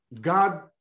God